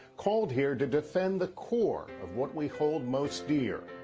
called here to defend the core of what we hold most dear.